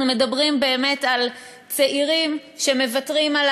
אנחנו מדברים באמת על צעירים שמוותרים על